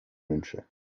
wünsche